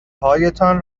هایتان